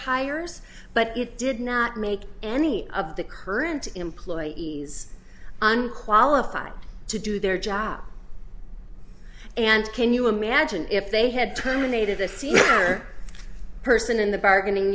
hires but it did not make any of the current employees unqualified to do their job and can you imagine if they had terminated the senior person in the bargaining